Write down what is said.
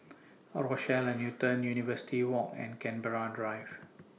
A Rochelle At Newton University Walk and Canberra Drive